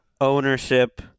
Ownership